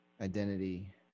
identity